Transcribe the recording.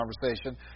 conversation